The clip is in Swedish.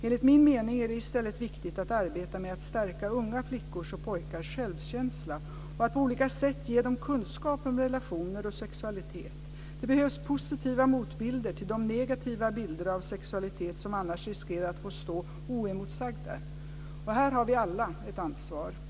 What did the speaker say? Enligt min mening är det i stället viktigt att arbeta med att stärka unga flickors och pojkars självkänsla och att på olika sätt ge dem kunskap om relationer och sexualitet. Det behövs positiva motbilder till de negativa bilder av sexualitet som annars riskerar att få stå oemotsagda. Här har vi alla ett ansvar.